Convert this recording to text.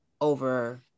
over